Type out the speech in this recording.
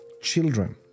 children